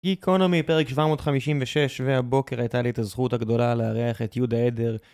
גיקונומי, פרק 756, והבוקר הייתה לי את הזכות הגדולה לארח את יהודה עדר.